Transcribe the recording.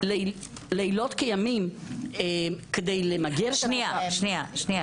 לילות כימים כדי למגר את התופעה.